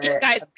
Guys